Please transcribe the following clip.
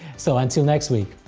so until next week!